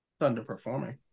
Underperforming